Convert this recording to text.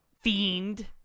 fiend